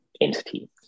entity